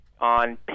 on